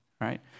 right